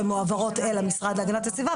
הן מועברות אל המשרד להגנת הסביבה.